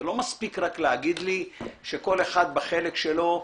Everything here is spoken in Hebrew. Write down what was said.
זה לא מספיק רק להגיד לי שכל אחד בחלק שלו,